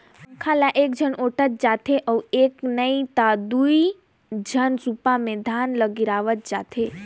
पंखा ल एकझन ओटंत जाथे अउ एक नही त दुई झन सूपा मे धान ल गिरावत जाथें